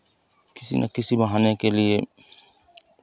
किसी ना किसी बहाने के लिए